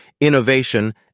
innovation